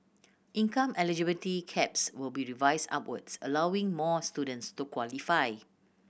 income eligibility caps will be revised upwards allowing more students to qualify